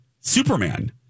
Superman